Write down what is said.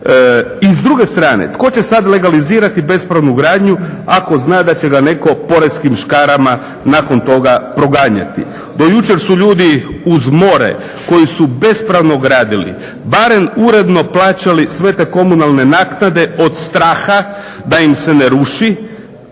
I s druge strane, tko će sad legalizirati bespravnu gradnju ako zna da će ga netko poreskim škarama nakon toga proganjati. Do jučer su ljudi uz more koji su bespravno gradili barem uredno plaćali sve te komunalne naknade od straha da im se ne ruši,